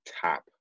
top